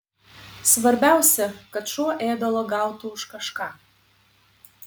svarbiausia kad šuo ėdalo gautų už kažką